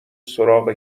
سراغ